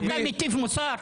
ואתה מטיף מוסר.